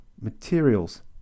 materials